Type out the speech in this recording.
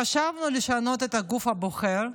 חשבנו לשנות את הגוף הבוחר,